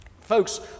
folks